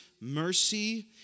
mercy